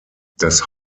das